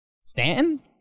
Stanton